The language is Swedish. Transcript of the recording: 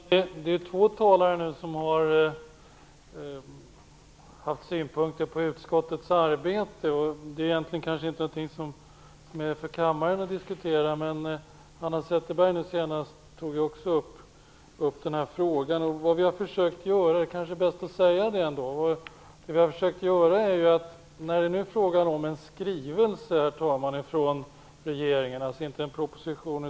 Herr talman! Det är två talare som har haft synpunkter på utskottets arbete. Det kanske egentligen inte är någonting för kammaren att diskutera. Hanna Zetterberg tog upp frågan nu senast. Det kan vara bäst att försöka säga vad vi har försökt göra. Herr talman! Det är frågan om en skrivelse från regeringen, och inte någon proposition.